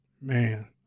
Man